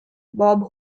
bob